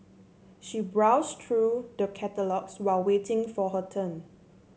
she browsed through the catalogues while waiting for her turn